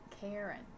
karen